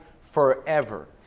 forever